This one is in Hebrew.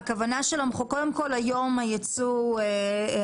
הייצוא היום,